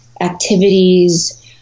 activities